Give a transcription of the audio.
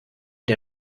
der